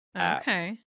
okay